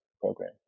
program